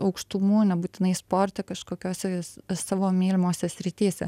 aukštumų nebūtinai sporte kažkokiose savo mylimose srityse